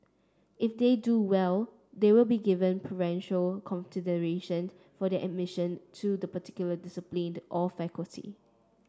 if they do well they will be given preferential consideration for their admission to the particular discipline or faculty